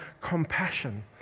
compassion